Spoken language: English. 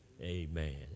Amen